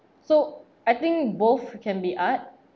so I think both can be art